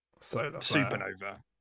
supernova